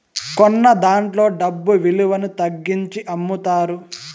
కొన్నదాంట్లో డబ్బు విలువను తగ్గించి అమ్ముతారు